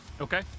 okay